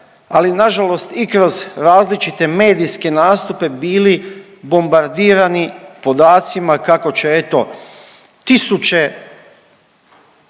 ali na žalost i kroz različite medijske nastupe bili bombardirani podacima kako će eto tisuće